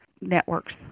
networks